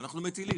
אנחנו מטילים,